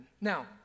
Now